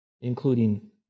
including